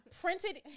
printed